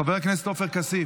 חבר הכנסת עופר כסיף,